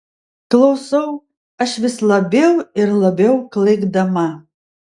klausau aš vis labiau ir labiau klaikdama